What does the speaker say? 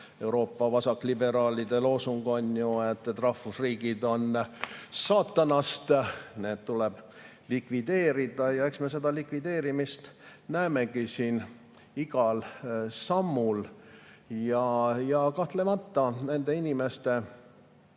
Euroopa vasakliberaalide loosung on ju see, et rahvusriigid on saatanast, need tuleb likvideerida. Eks me seda likvideerimist näemegi siin igal sammul. Kahtlemata, nende inimeste